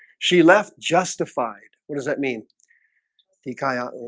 she left justified, what does that mean the coyote